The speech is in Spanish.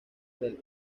del